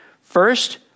First